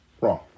Wrong